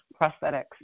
prosthetics